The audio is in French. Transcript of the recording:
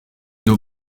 nos